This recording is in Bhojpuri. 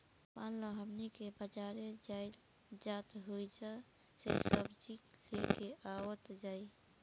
मान ल हमनी के बजारे जाइल जाइत ओहिजा से सब्जी लेके आवल जाई